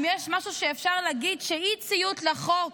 אם יש משהו שאפשר להגיד זה שאי-ציות לחוק,